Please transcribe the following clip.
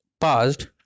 passed